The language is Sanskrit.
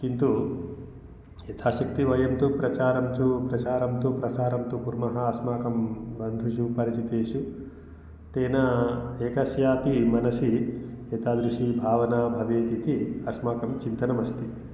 किन्तु यथा शक्ति वयं तु प्रचारं तु प्रचारं तु प्रसारं तु कुर्मः अस्माकं बन्धुषु परिचितेषु तेन एकस्यापि मनसि एतादृशी भावना भवेत् इति अस्माकं चिन्तनम् अस्ति